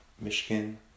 Michigan